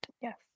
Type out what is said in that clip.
Yes